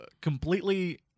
completely